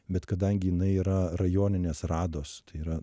bet kadangi jinai yra rajoninės radosi tai yra